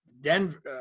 Denver